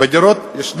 ודירות יש,